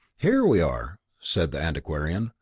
here we are, said the antiquarian,